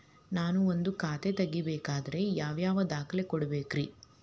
ನಾನ ಒಂದ್ ಖಾತೆ ತೆರಿಬೇಕಾದ್ರೆ ಯಾವ್ಯಾವ ದಾಖಲೆ ಕೊಡ್ಬೇಕ್ರಿ?